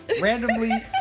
randomly